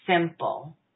simple